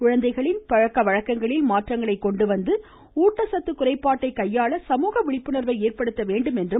குழந்தைகளின் பழக்க வழக்கங்களில் மாற்றங்களை கொண்டு வந்து ஊட்டச்சத்து குறைபாட்டை கையாள சமூக விழிப்புணர்வை ஏற்படுத்த வேண்டும் என்றும் அவர் அறிவுறுத்தினார்